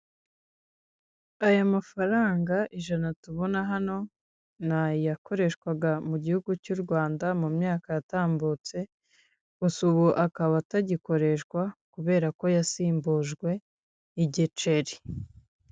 Aya mafaranga ijana tubona hano ni ayakoreshwaga mu gihugu cy'u Rwanda mu myaka yatambutse gusa ubu akaba atagikoreshwa kubera ko yasimbujwe igiceri.